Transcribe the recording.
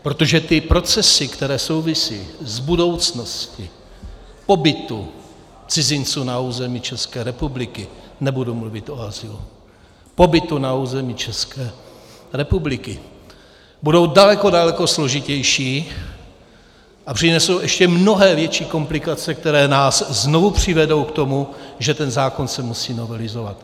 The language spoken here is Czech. Protože ty procesy, které souvisí s budoucností pobytu cizinců na území České republiky nebudu mluvit o azylu pobytu na území České republiky, budou daleko, daleko složitější a přinesou ještě mnohem větší komplikace, které nás znovu přivedou k tomu, že ten zákon se musí novelizovat.